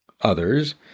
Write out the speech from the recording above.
others